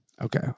okay